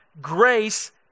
grace